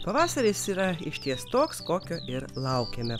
pavasaris yra išties toks kokio ir laukiame